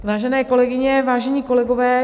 Vážené kolegyní, vážení kolegové.